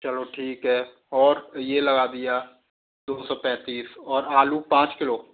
चलो ठीक है और यह लगा लिया दो सौ पैंतीस और आलू पाँच किलो